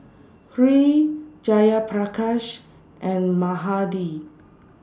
Hri Jayaprakash and Mahade